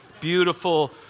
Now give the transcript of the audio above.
Beautiful